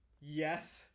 yes